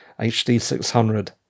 HD600